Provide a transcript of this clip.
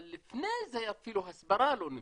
אבל לפני זה אפילו הסברה לא נמצאת,